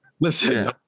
Listen